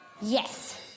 Yes